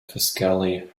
fiscally